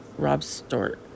robstort